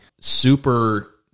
super